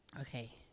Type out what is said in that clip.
okay